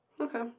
Okay